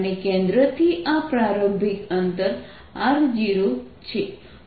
અને કેન્દ્ર થી આ પ્રારંભિક અંતર r0 છે